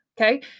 Okay